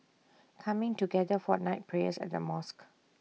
coming together for night prayers at the mosque